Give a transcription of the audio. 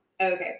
okay